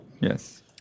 Yes